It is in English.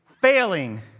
failing